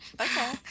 Okay